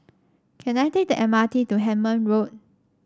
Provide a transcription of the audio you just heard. can I take the M R T to Hemmant Road